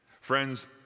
Friends